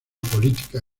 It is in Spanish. política